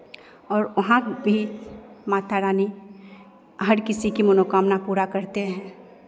और वहां भी माता रानी हर किसी की मनोकामना पूरा करते हैं